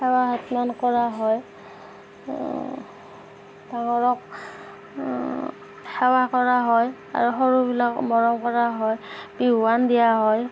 সেৱা সন্মান কৰা হয় ডাঙৰক সেৱা কৰা হয় আৰু সৰুবিলাকক মৰম কৰা হয় বিহুৱান দিয়া হয়